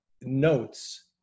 notes